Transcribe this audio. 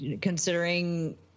considering